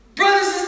brothers